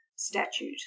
Statute